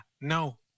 no